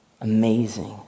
Amazing